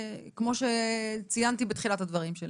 כמו שציינתי בתחילת הדברים שלי,